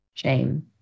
Shame